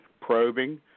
probing